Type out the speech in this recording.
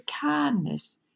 kindness